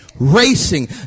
Racing